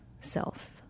self